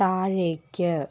താഴേക്ക്